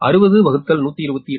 இது 60128